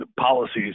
policies